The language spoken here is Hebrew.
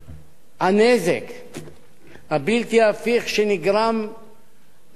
הבלתי הפיך שנגרם לנשמת אפה של האומה שלנו,